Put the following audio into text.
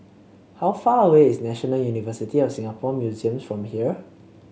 how far away is National University of Singapore Museums from here